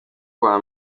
kuwa